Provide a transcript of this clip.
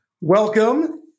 welcome